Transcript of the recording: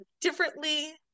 differently